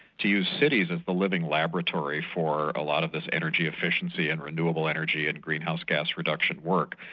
to use cities as the living laboratory for a lot of this energy efficiency and renewable energy and greenhouse gas reduction work.